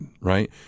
right